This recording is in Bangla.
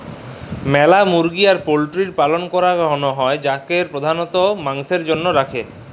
ম্যালা মুরগি আর পল্ট্রির পালল ক্যরাক হ্যয় যাদের প্রধালত মাংসের জনহে রাখে